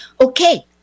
Okay